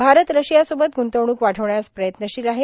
भारत रशियासोबत ग्रंतवणूक वाढविण्यास प्रयत्नशील आहे